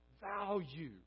value